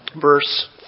verse